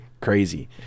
Crazy